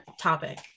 topic